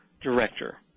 director